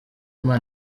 imana